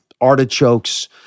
artichokes